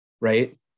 right